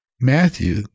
Matthew